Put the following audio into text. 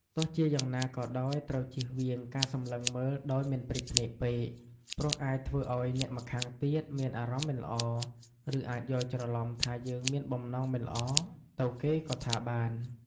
ទោះជាយ៉ាងណាក៏ដោយ ត្រូវចៀសវាងការសម្លឹងមើលដោយមិនព្រិចភ្នែកពេក ព្រោះអាចធ្វើឲ្យអ្នកម្ខាងទៀតមានអារម្មណ៍មិនល្អ ឬអាចយល់ច្រឡំថាយើងមានបំណងមិនល្អទៅគេក៍ថាបាន។